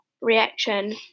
reaction